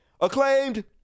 acclaimed